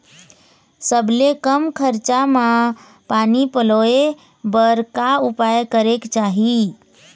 सबले कम खरचा मा पानी पलोए बर का उपाय करेक चाही?